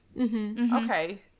Okay